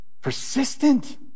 Persistent